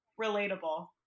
relatable